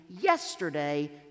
yesterday